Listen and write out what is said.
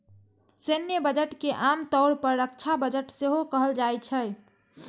सैन्य बजट के आम तौर पर रक्षा बजट सेहो कहल जाइ छै